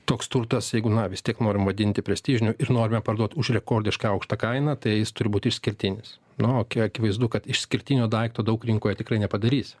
toks turtas jeigu na vis tiek norim vadinti prestižiniu ir norime parduoti už rekordiškai aukštą kainą tai jis turi būt išskirtinis na o aki akivaizdu kad išskirtinio daikto daug rinkoje tikrai nepadarysi